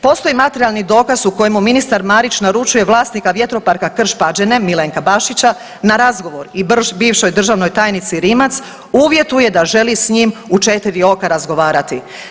Postoji materijalni dokaz u kojemu ministar Marić naručuje vlasnika Vjetroparka Krš Pađene, Milenka Bašića na razgovor i bivšoj državnoj tajnici Rimac uvjetuje da želi s njim u četiri oka razgovarati.